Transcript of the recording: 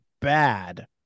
bad